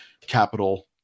capital